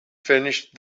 finished